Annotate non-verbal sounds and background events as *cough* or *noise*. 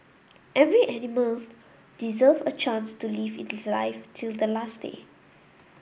*noise* every animals deserve a chance to live its life till the last day